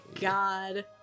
god